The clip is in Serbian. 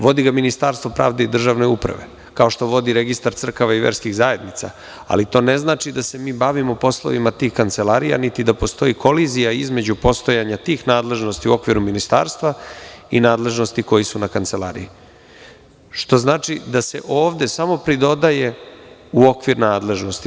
Vodi ga Ministarstvo pravde i državne uprave, kao što vodi registar crkava i verskih zajednica, ali to ne znači da se mi bavimo poslovima tih kancelarija, niti da postoji kolizija između postojanja tih nadležnosti u okviru Ministarstva i nadležnosti koje su na kancelariji, što znači da se ovde samo pridodaje u okvir nadležnosti.